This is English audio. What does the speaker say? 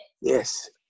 Yes